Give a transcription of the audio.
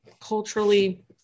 culturally